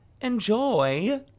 Enjoy